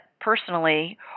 personally